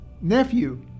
nephew